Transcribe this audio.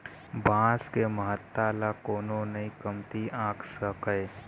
बांस के महत्ता ल कोनो नइ कमती आंक सकय